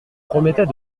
promettait